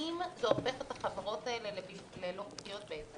האם זה הופך את החברות האלה ללא חוקיות?